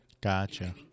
Gotcha